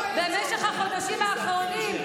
במשך החודשים האחרונים,